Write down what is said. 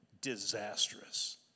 disastrous